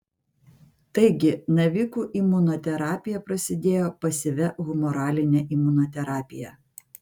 taigi navikų imunoterapija prasidėjo pasyvia humoraline imunoterapija